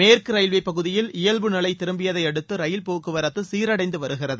மேற்கு ரயில்வே பகுதியில் இயல்புநிலை திரும்பியதையடுத்து ரயில் போக்குவரத்து சீரடைந்து வருகிறது